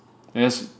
yes